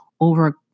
over